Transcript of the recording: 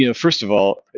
you know first of all,